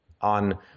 on